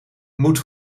moet